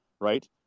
right